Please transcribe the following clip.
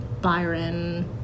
Byron